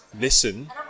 listen